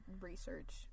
research